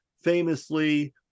famously